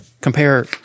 Compare